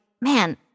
man